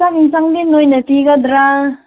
ꯆꯥꯛ ꯑꯦꯟꯁꯥꯡꯗꯤ ꯅꯣꯏꯅ ꯄꯤꯒꯗ꯭ꯔꯥ